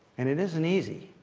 and it isn't easy.